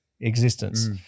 existence